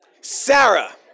Sarah